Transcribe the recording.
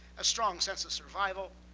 a strong sense of survival,